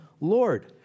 Lord